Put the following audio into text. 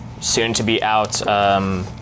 soon-to-be-out